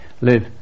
live